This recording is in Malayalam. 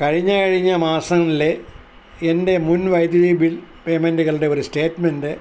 കഴിഞ്ഞ കഴിഞ്ഞ മാസങ്ങൾളിലെ എൻ്റെ മുൻ വൈദ്യുതി ബിൽ പേയ്മെൻ്റുകളുടെ ഒരു സ്റ്റേറ്റ്മെൻ്റ്